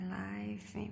life